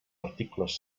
articles